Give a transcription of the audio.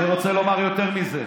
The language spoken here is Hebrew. אני רוצה לומר יותר מזה.